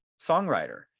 songwriter